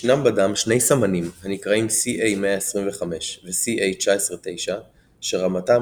ישנם בדם שני סמנים הנקראים CA-125 ו-CA19-9 שרמתם